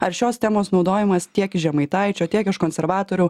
ar šios temos naudojimas tiek žemaitaičio tiek iš konservatorių